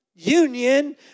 Union